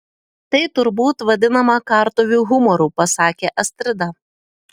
tai turbūt vadinama kartuvių humoru pasakė astrida